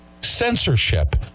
censorship